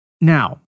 Now